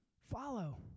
follow